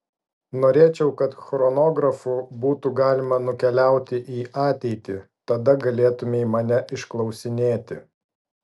norėčiau kad chronografu būtų galima nukeliauti į ateitį tada galėtumei mane išklausinėti